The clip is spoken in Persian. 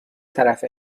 طرف